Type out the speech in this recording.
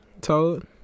told